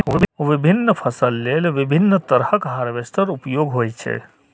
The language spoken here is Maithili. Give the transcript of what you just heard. विभिन्न फसल लेल विभिन्न तरहक हार्वेस्टर उपयोग होइ छै